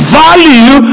value